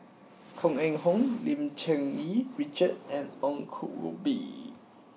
Koh Eng Hoon Lim Cherng Yih Richard and Ong Koh Bee